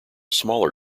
smaller